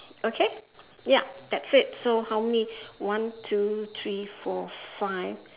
okay ya that's it so how many one two three four five